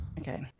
Okay